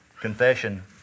confession